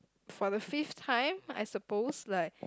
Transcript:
for the fifth time I suppose like